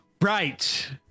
Right